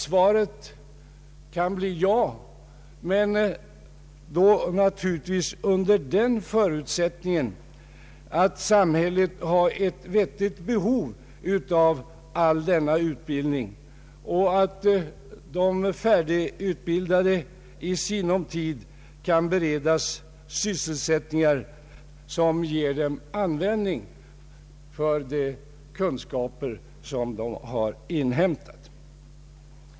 Svaret kan bli ja, men naturligtvis under den förutsättningen att samhället har ett vettigt behov av all denna utbildning och att de färdigutbildade i sinom tid kan beredas sysselsättningar som ger dem användning för de kunskaper de har inhämtat.